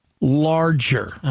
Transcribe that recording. larger